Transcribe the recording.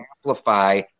amplify